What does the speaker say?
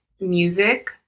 music